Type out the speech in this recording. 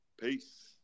Peace